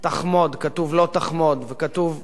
"לא תחמֹד"; לא כתוב "תגנֹב",